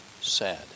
sad